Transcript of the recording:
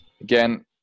again